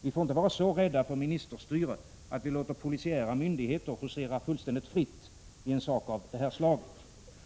Vi får inte vara så rädda för ministerstyre att vi låter polisiära myndigheter husera fullständigt fritt i en sak av detta slag.